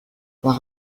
par